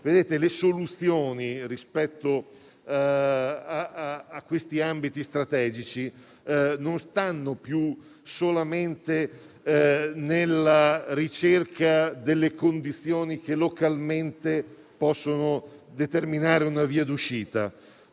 ottenere. Le soluzioni rispetto a questi ambiti strategici non stanno più soltanto nella ricerca delle condizioni che localmente possono determinare una via d'uscita,